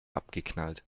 abgeknallt